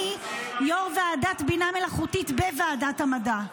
אני יו"ר ועדת בינה מלאכותית בוועדת המדע,